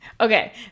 Okay